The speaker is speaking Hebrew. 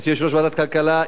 הייתי יושב-ראש ועדת הכלכלה.